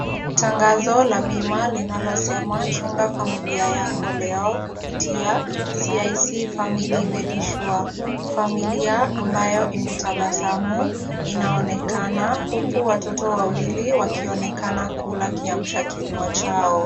Tangazo la bima linalosema chunga familia yako leo kupitia CIC Family Medisure . Familia ambayo imetabasamu inaonekana, huku watoto wawili wakionekana kula kiamsha kinywa chao.